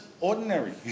ordinary